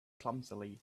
clumsily